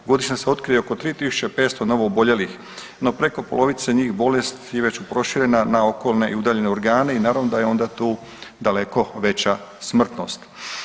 Godišnje se otkrije oko 3500 novo oboljelih, no preko polovice njih bolest je već proširena na okolne i udaljene organe i naravno da je onda tu daleko veća smrtnost.